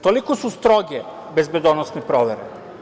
Toliko su stroge bezbedonosne provere.